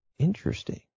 Interesting